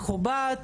מכובד.